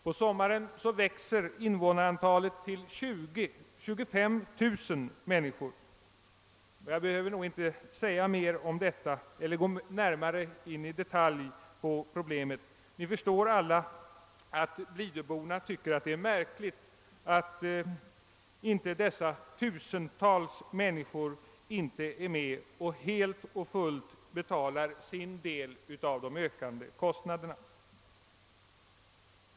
På sommaren växer invånarantalet till mellan 20 000 och 25 000 människor. Jag behöver nog inte här gå närmare in på vad detta innebär. Alla förstår säkert att blidöborna tycker det är märkligt att alla dessa tusentals människor inte helt och fullt får betala sin del av de ökande kostnaderna.